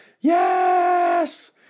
Yes